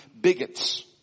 bigots